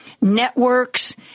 networks